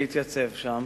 להתייצב שם